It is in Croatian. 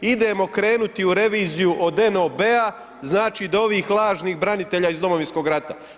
Idemo krenuti u reviziju od NOB-a znači do ovih lažnih branitelja iz Domovinskog rata.